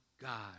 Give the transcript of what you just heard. God